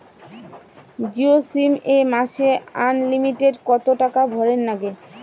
Jio sim এ মাসে unlimited কত টাকা ভরের নাগে?